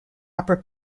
opera